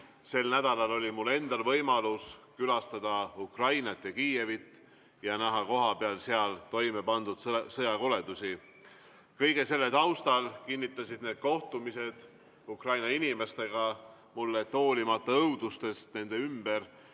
Sel nädalal oli mul endal võimalus külastada Ukrainat ja Kiievit ning näha kohapeal seal toimepandud sõjakoledusi. Kõige selle taustal kinnitasid kohtumised Ukraina inimestega mulle, et hoolimata õudustest nende ümber,